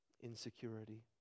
insecurity